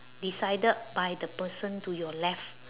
decided by the person to your left